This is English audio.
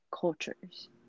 cultures